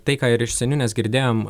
tai ką ir iš seniūnijos girdėjom